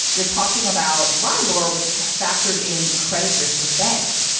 you're talking about lebar, which factored in the credit risk of banks,